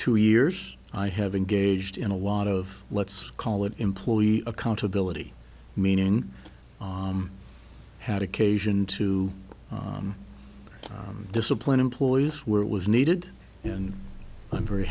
two years i have engaged in a lot of let's call it employee accountability meaning had occasion to discipline employees where it was needed and i'm very